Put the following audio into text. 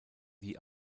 die